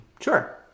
Sure